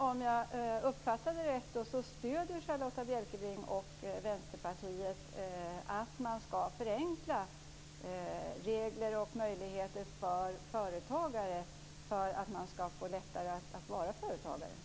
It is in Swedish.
Om jag uppfattade det rätt stöder Charlotta Bjälkebring och Vänsterpartiet idén om en förenkling av reglerna för företagare, så att det blir lättare att vara företagare.